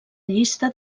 llista